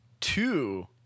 two